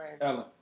Ellen